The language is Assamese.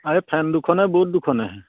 আই ফেন দুখনে বৰ্ড দুখনে